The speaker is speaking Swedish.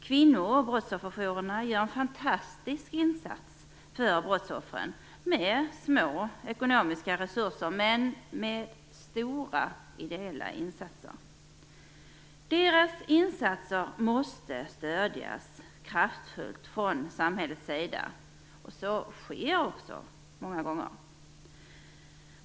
Kvinno och brottsofferjourerna gör en fantastisk insats för brottsoffren med små ekonomiska resurser men med stora ideella insatser. Deras insatser måste stödjas kraftfullt från samhällets sida, och så sker också många gånger.